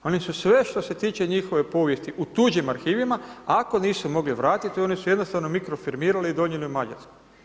Oni su sve što se tiče njihove povijesti u tuđim arhivima ako nisu mogli vratiti oni su jednostavno mikrofirmirali i donijeli u Mađarsku.